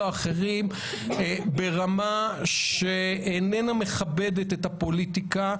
או אחרים ברמה שאיננה מכבדת את הפוליטיקה.